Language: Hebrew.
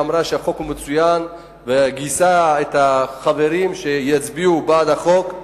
שאמרה שהחוק הוא מצוין וגייסה את החברים שיצביעו בעד החוק.